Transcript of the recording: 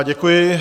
Děkuji.